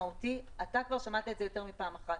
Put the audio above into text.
משמעותי אתה כבר שמעת את זה יותר מפעם אחת